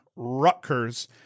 Rutgers